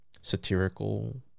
satirical